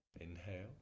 Inhale